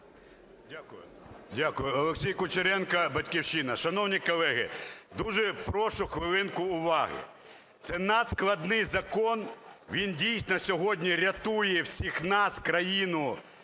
Дякую. Олексій Кучеренко, "Батьківщина". Шановні колеги, дуже прошу хвилинку уваги, це надскладний закон, він, дійсно, сьогодні рятує всіх нас, країну